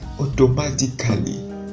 automatically